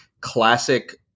classic